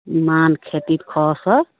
ইমান খেতিত খৰচ হয়